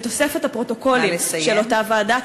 בתוספת הפרוטוקולים של אותה ועדה,